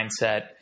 mindset